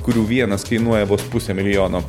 kurių vienas kainuoja vos pusę milijono